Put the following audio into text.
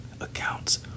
accounts